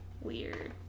Weird